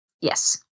Yes